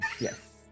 yes